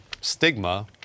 stigma